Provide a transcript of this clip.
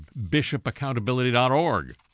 bishopaccountability.org